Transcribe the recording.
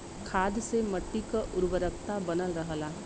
खाद से मट्टी क उर्वरता बनल रहला